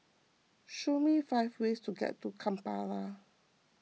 show me five ways to get to Kampala